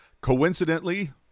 Coincidentally